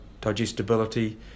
digestibility